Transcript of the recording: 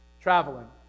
traveling